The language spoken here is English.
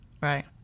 Right